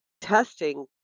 testing